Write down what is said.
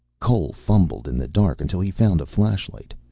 cole fumbled in the dark until he found a flashlight.